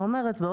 והיא אומרת,